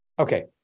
Okay